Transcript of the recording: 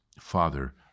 Father